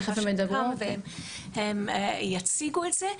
הם יציגו את זה,